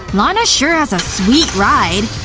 lana sure has a sweet ride.